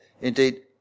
Indeed